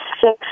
six